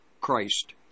Christ